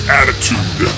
attitude